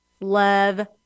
love